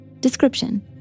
Description